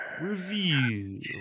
Review